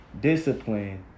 discipline